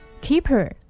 Keeper